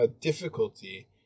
difficulty